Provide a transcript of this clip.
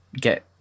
get